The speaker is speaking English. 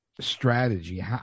strategy